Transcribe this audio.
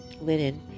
linen